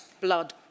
blood